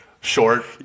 Short